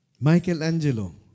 Michelangelo